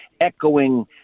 echoing